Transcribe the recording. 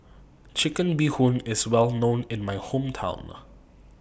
Chicken Bee Hoon IS Well known in My Hometown